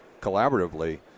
collaboratively